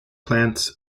plants